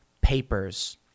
papers